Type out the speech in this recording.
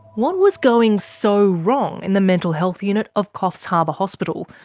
what was going so wrong in the mental health unit of coffs harbour hospital,